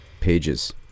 Pages